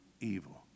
evil